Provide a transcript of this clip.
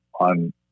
on